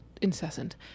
incessant